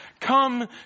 Come